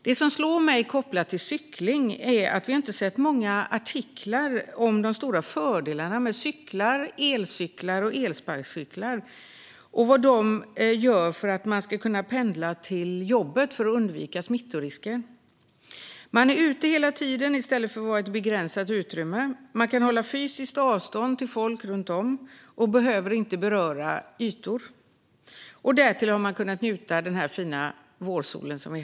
Det som slår mig när det gäller cykling är att vi inte har sett många artiklar om de stora fördelarna med cyklar, elcyklar och elsparkcyklar och vad de innebär för att man ska kunna pendla till jobbet och undvika smittorisker. Man är ute hela tiden i stället för i ett begränsat utrymme, man kan hålla fysiskt avstånd till folk runt om och man behöver inte beröra ytor. Därtill kan man njuta av den fina vårsolen.